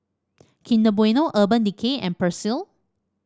Kinder Bueno Urban Decay and Persil